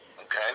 Okay